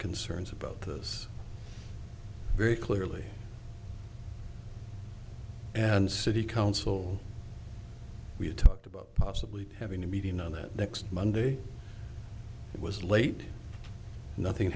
concerns about this very clearly and city council we had talked about possibly having to meeting on that next monday it was late and nothing